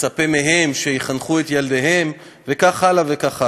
מצפה מהם שיחנכו את ילדיהם, וכך הלאה וכך הלאה.